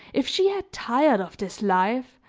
if she had tired of this life,